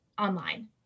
online